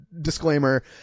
disclaimer